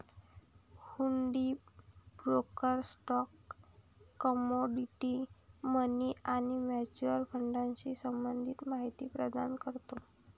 हुंडी broker stock, commodity, money आणि mutual फंडाशी संबंधित माहिती प्रदान करतो